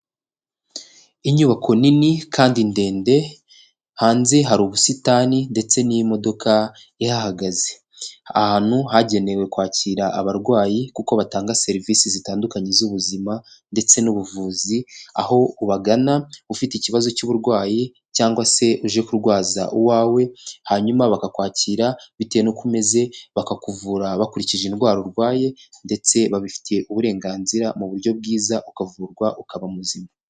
Inyubako nini kandi ndende, hanze hari ubusitani ndetse n'imodoka ihahagaze. ahantu hagenewe kwakira abarwayi kuko batanga serivise zitandukanye z'ubuzima ndetse n'ubuvuzi, aho ubagana ufite ikibazo cy'uburwayi cyangwa se uje kurwaza uwawe, hanyuma bakakwakira bitewe nuko umeze, bakakuvura bakurikije indwara urwaye ndetse babifitiye uburenganzira mu buryo bwiza ukavurwa, ukaba muzima.